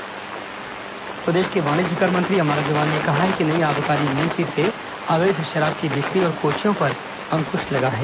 अमर अग्रवाल प्रदेश के वाणिज्य कर मंत्री अमर अग्रवाल ने कहा है कि नई आबकारी नीति से अवैध शराब की बिक्री और कोचियों पर अंकुश लगा है